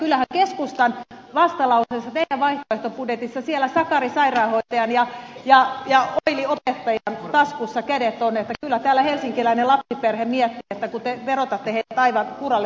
kyllähän keskustan vastalauseessa teidän vaihtoehtobudjetissanne siellä sakari sairaanhoitajan ja oili opettajan taskussa kädet on niin että kyllä täällä helsinkiläinen lapsiperhe miettii kun te verotatte heidät aivan kuralle